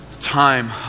time